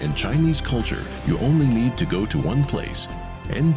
in chinese culture you only need to go to one place